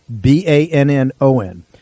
B-A-N-N-O-N